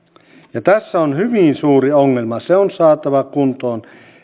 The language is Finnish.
tässä on hyvin suuri ongelma se on saatava kuntoon